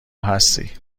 هستی